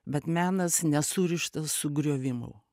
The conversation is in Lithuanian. bet menas nesurištas su griovimu